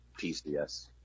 PCS